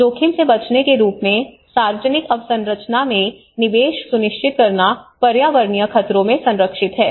जोखिम से बचने के रूप में सार्वजनिक अवसंरचना में निवेश सुनिश्चित करना पर्यावरणीय खतरों में संरक्षित है